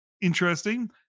interesting